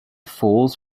falls